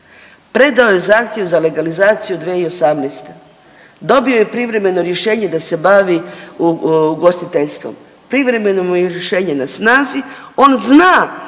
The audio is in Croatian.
predao je zahtjev za legalizaciju 2018., dobio je privremeno rješenje da se bavi ugostiteljstvom, privremeno mu je rješenje na snazi, on zna